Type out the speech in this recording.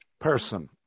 person